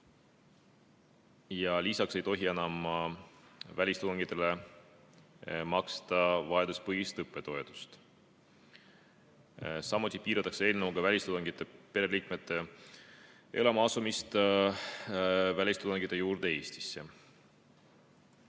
Ja lisaks ei tohi enam välistudengitele maksta vajaduspõhist õppetoetust. Samuti piiratakse välistudengite pereliikmete elama asumist välistudengite juurde Eestisse.